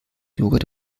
joghurt